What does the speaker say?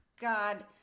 God